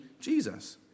Jesus